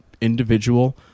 individual